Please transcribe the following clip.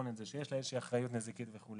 שיש לה איזושהי אחריות נזיקית והיא